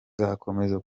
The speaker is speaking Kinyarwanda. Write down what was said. nzakomeza